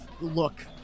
look